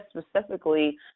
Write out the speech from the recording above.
specifically